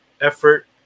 effort